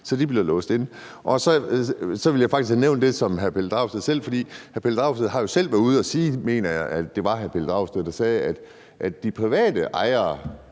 så de bliver låst fast. Så ville jeg faktisk have nævnt det, som hr. Pelle Dragsted selv siger, for hr. Pelle Dragsted har jo selv været ude at sige – jeg mener, det var hr. Pelle Dragsted, der sagde det – at de private ejere